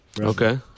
Okay